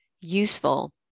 useful